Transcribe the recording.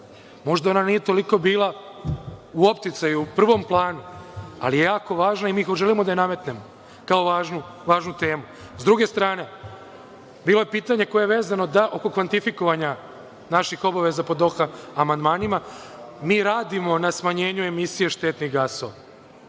Možda ona nije toliko bila u opticaju u prvom planu, ali je jako važna i mi želimo da je nametnemo kao važnu temu. S druge strane, bilo je pitanje koje je vezano oko kvantifikovanja naših obaveza po Doha amandmanima. Mi radimo na smanjenju emisije štetnih gasova,